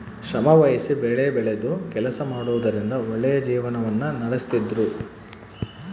ಶ್ರಮವಹಿಸಿ ಬೆಳೆಬೆಳೆದು ಕೆಲಸ ಮಾಡುವುದರಿಂದ ಒಳ್ಳೆಯ ಜೀವನವನ್ನ ನಡಿಸ್ತಿದ್ರು